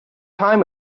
time